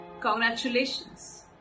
Congratulations